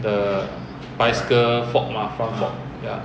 the bicycle fork mah front fork ya